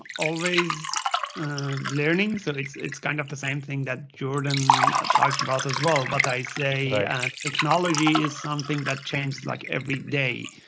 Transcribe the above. always learning, so it's it's kind of the same thing that jordan talked about as well. but i say technology is something that changes like every day,